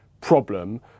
problem